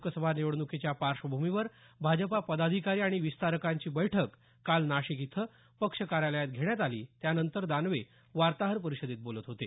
लोकसभा निवडणुकीच्या पार्श्वभूमीवर भाजपा पदाधिकारी आणि विस्तारकांची बैठक काल नाशिक इथं पक्ष कार्यालयात घेण्यात आली त्यानंतर दानवे वार्ताहर परिषदेत बोलत होते